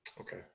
Okay